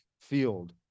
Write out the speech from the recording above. field